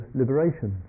liberation